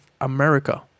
America